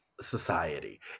society